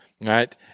right